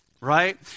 right